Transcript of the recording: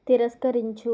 తిరస్కరించు